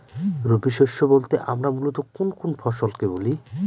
রবি শস্য বলতে আমরা মূলত কোন কোন ফসল কে বলি?